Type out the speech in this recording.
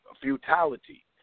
futility